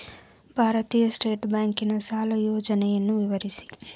ಭಾರತೀಯ ಸ್ಟೇಟ್ ಬ್ಯಾಂಕಿನ ಸಾಲ ಯೋಜನೆಯನ್ನು ವಿವರಿಸಿ?